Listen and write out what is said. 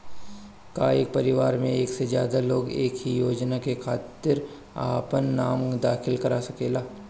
का एक परिवार में एक से ज्यादा लोग एक ही योजना के खातिर आपन नाम दाखिल करा सकेला?